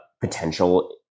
potential